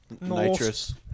Nitrous